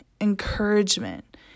encouragement